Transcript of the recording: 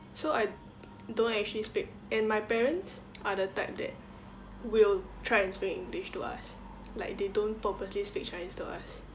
so I don't actually speak and my parents are the type that will try and speak english to us like they don't purposely speak chinese to us